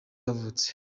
yavutse